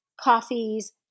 coffees